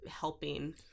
helping